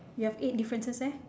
you have eight differences eh